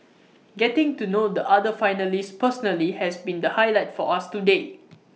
getting to know the other finalists personally has been the highlight for us today